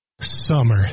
Summer